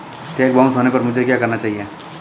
Check bounce होने पर मुझे क्या करना चाहिए?